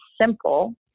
simple